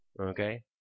Okay